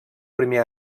primer